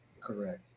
Correct